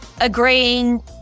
agreeing